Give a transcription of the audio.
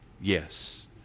yes